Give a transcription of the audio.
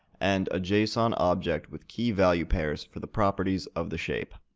and a json object with key value pairs for the properties of the shape.